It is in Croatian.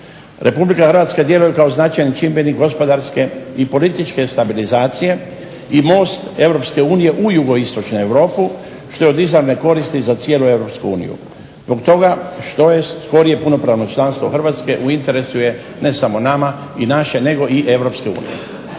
Republika Hrvatska djeluje kao značajan čimbenik gospodarske i političke stabilizacije i most Europske unije u jugoistočnu Europu što je od izravne koristi za cijelu Europsku uniju, zbog toga što je skorije punopravno članstvo Hrvatske u interesu je ne samo nama i naše nego i